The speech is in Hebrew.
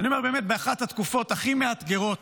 באחת התקופות הכי מאתגרות